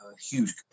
huge